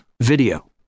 video